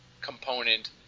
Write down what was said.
component